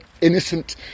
innocent